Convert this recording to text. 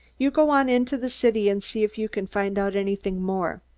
you go on into the city and see if you can find out anything more!